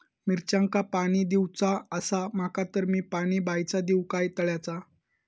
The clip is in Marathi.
मिरचांका पाणी दिवचा आसा माका तर मी पाणी बायचा दिव काय तळ्याचा?